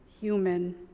human